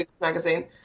magazine